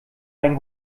ein